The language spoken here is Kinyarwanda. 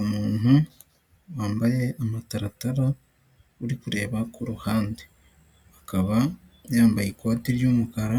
Umuntu wambaye amataratara uri kureba ku ruhande akaba yambaye ikoti ry'umukara,